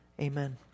Amen